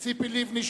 ציפי לבני,